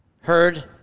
Heard